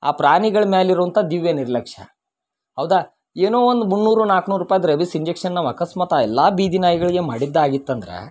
ಆ ಪ್ರಾಣಿಗಳ ಮೇಲಿರುವಂಥ ದಿವ್ಯ ನಿರ್ಲಕ್ಷ್ಯ ಹೌದಾ ಏನೋ ಒಂದು ಮುನ್ನೂರು ನಾಲ್ಕು ನೂರು ರೂಪಾಯಿ ರೇಬಿಸ್ ಇಂಜಕ್ಷನ್ ನಾವು ಅಕಸ್ಮಾತ್ ಆ ಎಲ್ಲ ಬೀದಿ ನಾಯಿಗಳಿಗೆ ಮಾಡಿದ್ದು ಆಗಿತ್ತಂದ್ರೆ